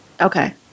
Okay